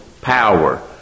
power